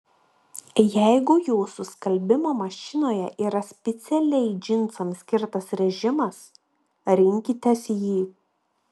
jeigu jūsų skalbimo mašinoje yra specialiai džinsams skirtas režimas rinkitės jį